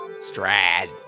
Strad